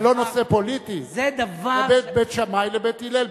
זה בין בית שמאי לבית הלל,